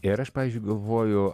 ir aš pavyzdžiui galvoju